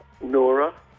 Nora